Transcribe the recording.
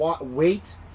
wait